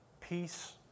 peace